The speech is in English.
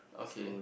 okay